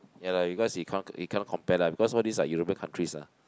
ya lah because you can't you can't compare lah because all these are European countries ah